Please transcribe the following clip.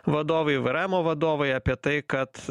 vadovai vrmo vadovai apie tai kad